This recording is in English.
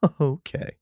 Okay